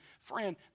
friend